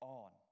on